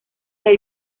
del